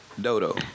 Dodo